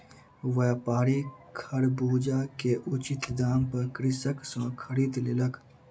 व्यापारी खरबूजा के उचित दाम पर कृषक सॅ खरीद लेलक